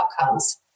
outcomes